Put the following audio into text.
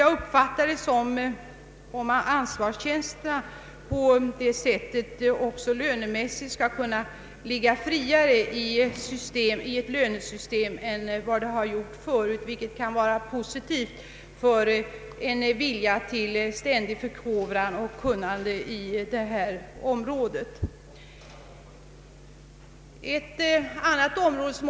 Jag uppfattar det som om ansvarstjänsterna på det sättet också lönemässigt skall kunna ligga friare i ett lönesystem än tidigare varit fallet. Det kan vara positivt för viljan till ständig förkovran och ökat kunnande på detta område.